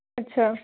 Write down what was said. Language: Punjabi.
ਅੱਛਾ